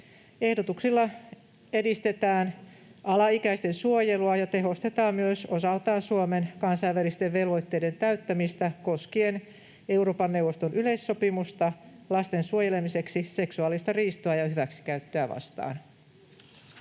Ehdotuksilla edistetään alaikäisten suojelua ja tehostetaan myös osaltaan Suomen kansainvälisten velvoitteiden täyttämistä koskien Euroopan neuvoston yleissopimusta lasten suojelemiseksi seksuaalista riistoa ja hyväksikäyttöä vastaan.